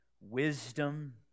wisdom